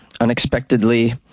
unexpectedly